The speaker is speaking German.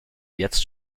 jetzt